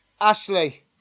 ashley